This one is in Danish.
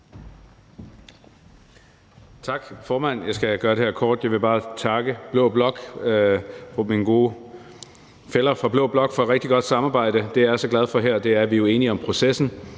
Tak, formand. Jeg skal gøre det her kort. Jeg vil bare takke mine gode fæller fra blå blok for et rigtig godt samarbejde. Det, jeg jo er så glad for her, er, at vi er enige om processen.